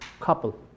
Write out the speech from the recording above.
couple